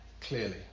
clearly